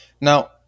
Now